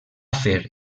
fer